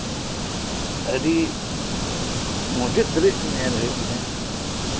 ᱟᱹᱰᱤ ᱢᱩᱪᱟᱹᱫ ᱫᱷᱟᱹᱨᱤᱡ ᱧᱮᱞ ᱦᱩᱭᱩᱜ ᱛᱤᱧᱟ